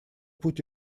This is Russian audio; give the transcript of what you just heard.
путь